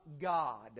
God